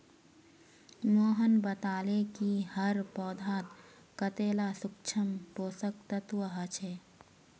मोहन बताले कि हर पौधात कतेला सूक्ष्म पोषक तत्व ह छे